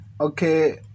Okay